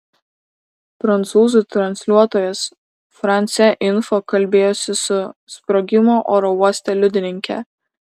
prancūzų transliuotojas france info kalbėjosi su sprogimo oro uoste liudininke